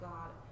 God